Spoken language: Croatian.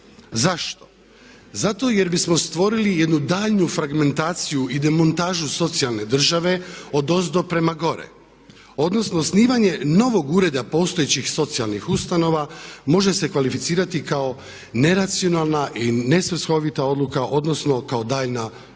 Zašto? Zato jer bismo stvorili jednu daljnju fragmentaciju i demontažu socijalne države odozdo prema gore, odnosno osnivanje novog ureda postojećih socijalnih ustanova može se kvalificirati kao neracionalna i nesvrsihovita odluka, odnosno kao daljnja